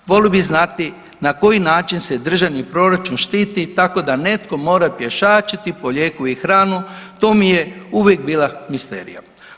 Volio bih znati na koji način se državni proračun štiti tako da netko mora pješačiti po lijeku i hranu, to mi je uvijek bila misterija.